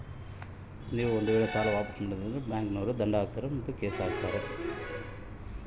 ನಾನು ಒಂದು ವೇಳೆ ಸಾಲ ವಾಪಾಸ್ಸು ಮಾಡಲಿಲ್ಲಂದ್ರೆ ಬ್ಯಾಂಕನೋರು ದಂಡ ಹಾಕತ್ತಾರೇನ್ರಿ?